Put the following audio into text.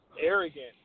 arrogant